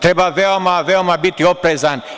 Treba veoma, veoma biti oprezan.